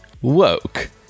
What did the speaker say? woke